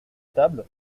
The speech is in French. table